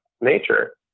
nature